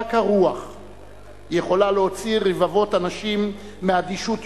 רק הרוח יכולה להוציא רבבות אנשים מאדישות יומם,